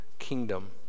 kingdom